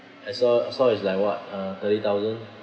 as low as low as like [what] uh thirty thousand